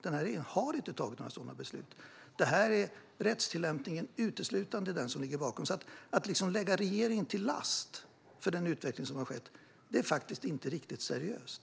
Denna regering har inte tagit några sådana beslut. Rättstillämpningen är uteslutande det som ligger bakom, så att lägga regeringen till last för den utveckling som skett är inte riktigt seriöst.